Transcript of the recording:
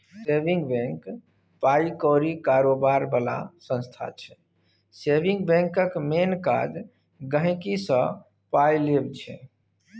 saving bank पाइ कौरी कारोबार बला संस्था छै सेबिंग बैंकक मेन काज गांहिकीसँ पाइ लेब छै